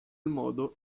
modo